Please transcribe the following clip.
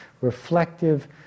reflective